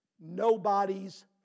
Nobody's